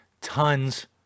tons